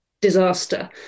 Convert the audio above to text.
disaster